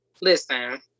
listen